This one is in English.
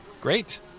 Great